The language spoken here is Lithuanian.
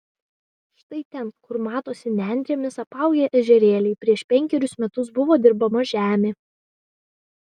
štai ten kur matosi nendrėmis apaugę ežerėliai prieš penkerius metus buvo dirbama žemė